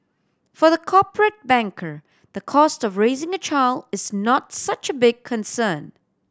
for the corporate banker the cost of raising a child is not such a big concern